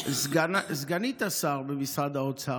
סגנית השר במשרד האוצר,